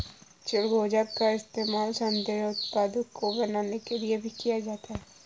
चिलगोजा का इस्तेमाल सौन्दर्य उत्पादों को बनाने के लिए भी किया जाता है